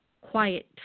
quiet